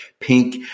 pink